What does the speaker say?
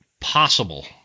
possible